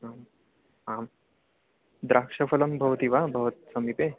अम् आं द्राक्षाफलं भवति वा भवतः समीपे